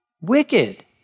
Wicked